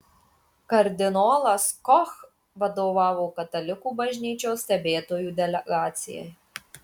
kardinolas koch vadovavo katalikų bažnyčios stebėtojų delegacijai